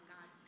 God